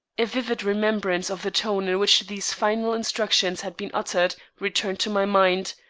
a vivid remembrance of the tone in which these final instructions had been uttered returned to my mind,